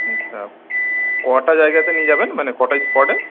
আচ্ছা কটা জায়গাতে নিয়ে যাবেন মানে কটা স্পটে